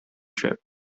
trip